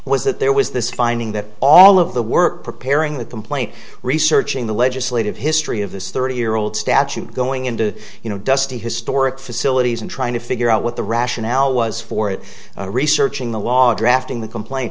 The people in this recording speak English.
that there was this finding that all of the work preparing the complaint researching the legislative history of this thirty year old statute going into you know dusty historic facilities and trying to figure out what the rationale was for it researching the wall drafting the complaint